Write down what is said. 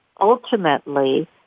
ultimately